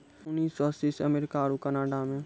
उन्नीस सौ अस्सी से अमेरिका आरु कनाडा मे